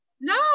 No